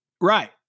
Right